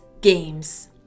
games